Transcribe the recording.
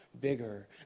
bigger